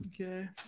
Okay